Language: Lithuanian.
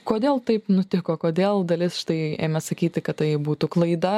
kodėl taip nutiko kodėl dalis štai ėmė sakyti kad tai būtų klaida